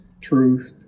truth